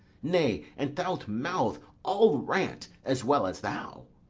nay, an thou'lt mouth, i'll rant as well as thou.